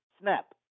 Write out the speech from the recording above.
snap